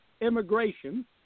immigration